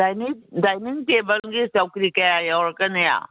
dining ꯇꯦꯕꯜꯒꯤ ꯆꯧꯀ꯭ꯔꯤ ꯀꯌꯥ ꯌꯥꯎꯔꯛꯀꯅꯤ